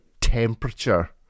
temperature